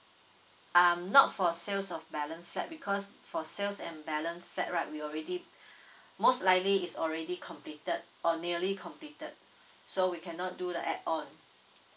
um not for sales of balance set because for sales and balance set right we already most likely is already completed or nearly completed so we cannot do that at all